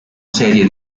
serie